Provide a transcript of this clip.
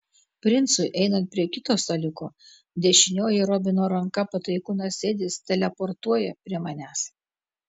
princui einant prie kito staliuko dešinioji robino ranka pataikūnas edis teleportuoja prie manęs